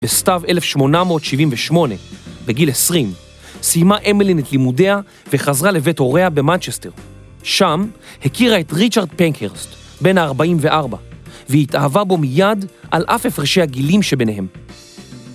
‫בסתיו 1878, בגיל 20, סיימה אמילין ‫את לימודיה וחזרה לבית הוריה במנצ'סטר. ‫שם הכירה את ריצ'ארד פנקהרסט, ‫בן ה-44, ‫והתאהבה בו מיד על אף ‫הפרשי הגילים שביניהם.